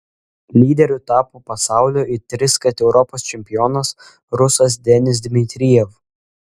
lyderiu tapo pasaulio ir triskart europos čempionas rusas denis dmitrijev